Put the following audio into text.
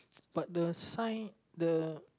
but the sign the